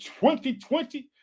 2020